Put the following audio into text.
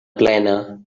plena